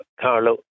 Carlo